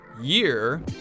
year